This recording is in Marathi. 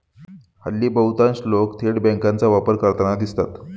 हल्ली बहुतांश लोक थेट बँकांचा वापर करताना दिसतात